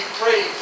pray